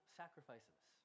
sacrifices